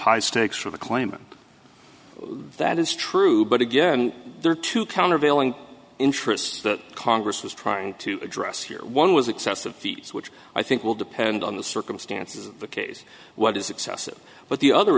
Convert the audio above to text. high stakes for the claimant that is true but again there are two countervailing interests that congress is trying to address here one was excessive fees which i think will depend on the circumstances of the case what is excessive but the other